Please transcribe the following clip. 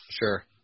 Sure